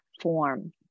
form